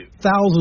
thousands